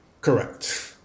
Correct